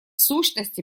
сущности